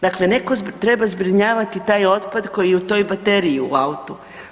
Dakle, netko treba zbrinjavati taj otpad koji je u toj bateriju u autu.